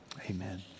Amen